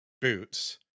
boots